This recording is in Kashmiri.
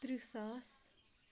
تٕرٛہ ساس